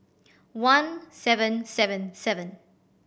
one seven seven seven